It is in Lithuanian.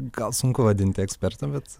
gal sunku vadinti ekspertu bet